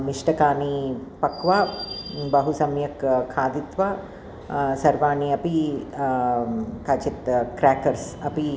मिष्टकानि पक्वा बहु सम्यक् खादित्वा सर्वाणि अपि काचित् क्राकर्स् अपि